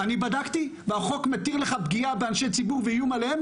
אני בדקתי והחוק מתיר לך פגיעה באנשי ציבור ואיום עליהם,